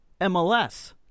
MLS